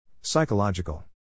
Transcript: Psychological